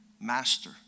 master